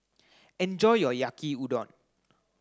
enjoy your Yaki Udon